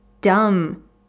dumb